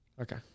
Okay